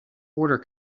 border